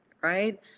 right